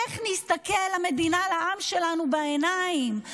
איך נסתכל למדינה, לעם שלנו, בעיניים?